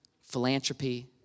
philanthropy